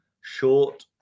short